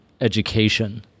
education